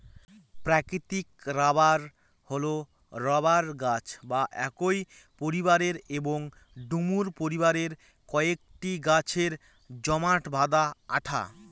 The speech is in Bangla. প্রাকৃতিক রবার হল রবার গাছ বা একই পরিবারের এবং ডুমুর পরিবারের কয়েকটি গাছের জমাট বাঁধা আঠা